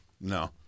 No